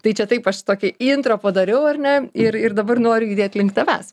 tai čia taip aš tokį intro padariau ar ne ir ir dabar noriu judėt link tavęs